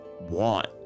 want